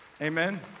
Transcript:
Amen